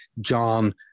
John